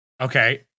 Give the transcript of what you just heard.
Okay